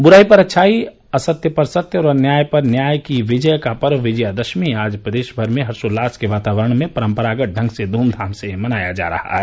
बुराई पर अच्छाई असत्य पर सत्य और अन्याय पर न्याय के विजय का पर्व विजयादशमी आज प्रदेश भर में हर्षोल्लास के वातावरण में परम्परागत ढंग से धूमधाम से मनाया जा रहा है